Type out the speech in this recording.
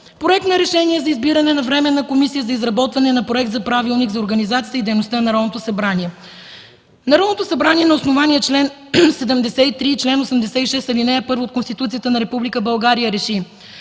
„Проект РЕШЕНИЕ за избиране на Временна комисия за изработване на Проект за правилник за организацията и дейността на Народното събрание. Народното събрание на основание чл. 73 и чл. 86, ал. 1 от Конституцията на Република